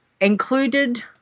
included